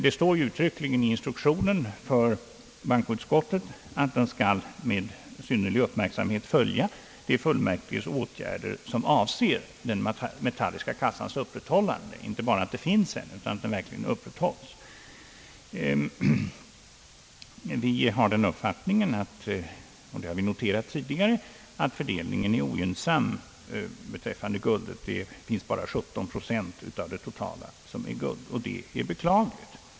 Det står uttryckligen i instruktionen för bankoutskottet, att utskottet skall med synnerlig uppmärksamhet följa de fullmäktiges åtgärder som avser den metalliska kassans upprätthållande — inte bara att det finns en metallisk kassa, utan att den verkligen upprätthålles. Vi har den uppfattningen, och det har vi noterat tidigare, att fördelningen är ogynnsam beträffande guld. Bara 17 procent av de totala tillgångarna är guld, och det är beklagligt.